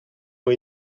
ont